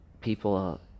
people